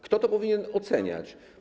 Kto to powinien oceniać?